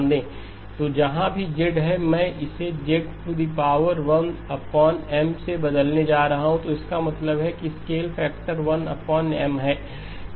तो जहाँ भी z है मैं इसे Z1M से बदलने जा रहा हूँ तो इसका मतलब है कि स्केल फैक्टर 1 M है